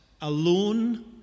alone